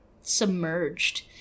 submerged